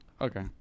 okay